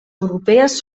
europees